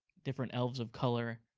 different elves of color,